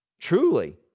truly